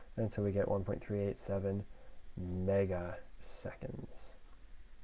and so we get one point three eight seven megaseconds.